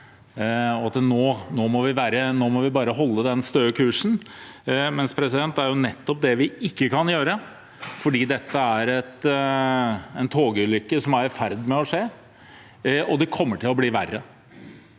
nå må vi bare holde den støe kursen. Men det er jo nettopp det vi ikke kan gjøre, for dette er en ulykke som er i ferd med å skje, og det kommer til å bli verre.